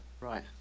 Right